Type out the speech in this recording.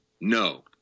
No